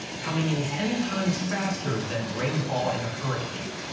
coming in ten times faster than rainfall in a hurricane.